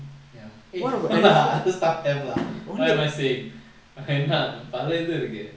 ya eh no lah other stuff have lah what am I saying என்னா பல இது இருக்கு:enna pala ithu irukku